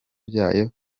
byayo